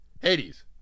Hades